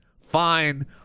fine